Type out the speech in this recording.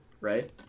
right